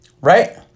Right